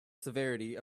severity